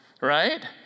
right